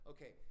Okay